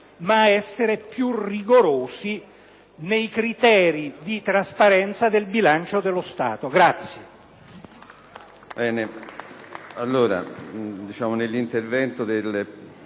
ad essere più rigorosi nei criteri di trasparenza del bilancio dello Stato.